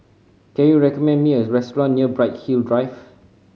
can you recommend me a restaurant near Bright Hill Drive